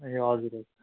ए हजुर हजुर